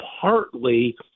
partly